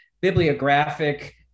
bibliographic